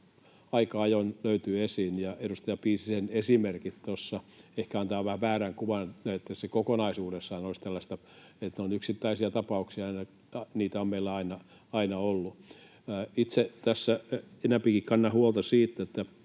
aika ajoin löytyy esiin. Edustaja Piisisen esimerkit tuossa ehkä antavat vähän väärän kuvan, että se kokonaisuudessaan olisi tällaista. Ne ovat yksittäisiä tapauksia. Niitä on meillä aina ollut. Itse tässä enempikin kannan huolta siitä,